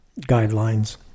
guidelines